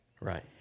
Right